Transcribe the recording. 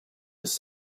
his